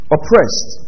Oppressed